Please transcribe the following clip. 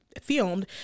filmed